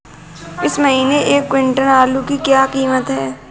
इस महीने एक क्विंटल आलू की क्या कीमत है?